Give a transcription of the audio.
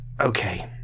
okay